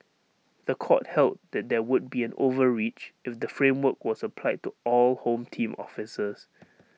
The Court held that there would be an overreach if the framework was applied to all home team officers